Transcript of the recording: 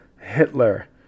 Hitler